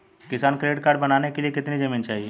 किसान credit card बनाने के लिए कितनी जमीन चाहिए?